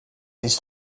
ist